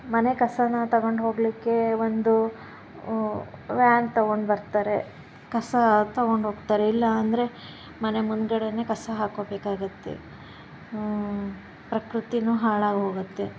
ಮನೆ ಕಸಾನ ತಗೊಂಡು ಹೋಗ್ಲಿಕ್ಕೆ ಒಂದು ವ್ಯಾನ್ ತೊಗೊಂಡು ಬರ್ತಾರೆ ಕಸ ತೊಗೊಂಡೋಗ್ತಾರೆ ಇಲ್ಲ ಅಂದರೆ ಮನೆ ಮುಂದ್ಗಡೆಯೇ ಕಸ ಹಾಕ್ಕೋಬೇಕಾಗುತ್ತೆ ಪ್ರಕೃತೀನು ಹಾಳಾಗಿ ಹೋಗುತ್ತೆ